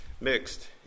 mixed